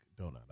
donut